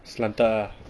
slanted ah